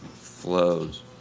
flows